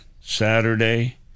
Saturday